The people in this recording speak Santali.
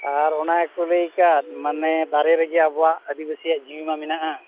ᱟᱨ ᱚᱱᱟᱜᱮᱠᱚ ᱞᱟᱹᱭ ᱟᱠᱟᱫ ᱢᱟᱱᱮ ᱵᱟᱨᱦᱮ ᱨᱮ ᱡᱮ ᱟᱵᱚ ᱟᱹᱫᱤᱵᱟᱹᱥᱤᱭᱟᱜ ᱡᱤᱣᱤ ᱢᱟ ᱢᱮᱱᱟᱜᱼᱟ